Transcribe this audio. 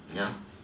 ya